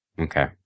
okay